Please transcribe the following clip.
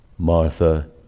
Martha